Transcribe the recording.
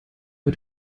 mit